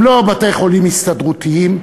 הם לא בתי-חולים הסתדרותיים,